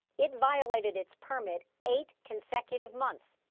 it violated its permit eight consecutive months.